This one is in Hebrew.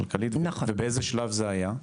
באיזה שלב זה היה?